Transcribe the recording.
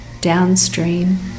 downstream